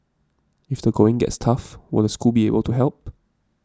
if the going gets tough will the school be able to help